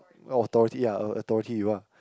authority ya authority you ah